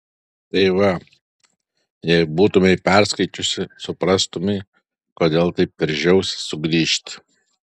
tai va jei būtumei perskaičiusi suprastumei kodėl taip veržiausi sugrįžti